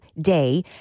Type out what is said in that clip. day